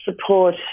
support